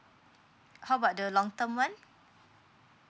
how about the long term one